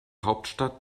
hauptstadt